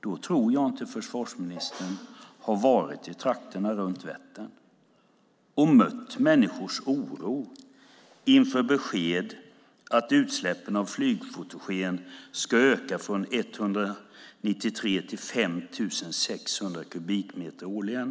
Då tror jag inte att försvarsministern har varit i trakterna runt Vättern och mött människors oro inför beskedet att utsläppen av flygfotogen ska öka från 193 till 5 600 kubikmeter årligen.